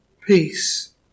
peace